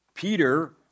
Peter